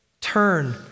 turn